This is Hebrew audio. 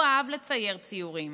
הוא אהב לצייר ציורים.